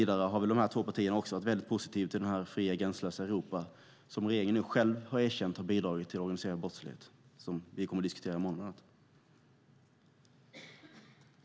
De två partierna har också varit mycket positiva till det fria och gränslösa Europa som regeringen nu själv har erkänt har bidragit till organiserad brottslighet, som vi kommer att diskutera i morgon.